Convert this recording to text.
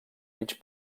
mig